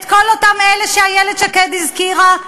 את כל אותם אלה שאיילת שקד הזכירה?